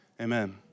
Amen